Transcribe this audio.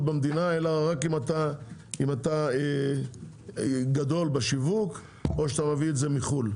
במדינה אלא רק אם אתה גדול בשיווק או שאתה מביא את זה מחו"ל.